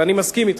ואני מסכים אתכם.